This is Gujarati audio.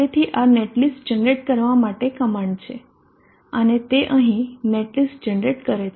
તેથી આ નેટલિસ્ટ જનરેટ કરવા માટે કમાન્ડ છે અને તે અહીં નેટલિસ્ટ જનરેટ કરે છે